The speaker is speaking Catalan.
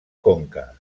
conca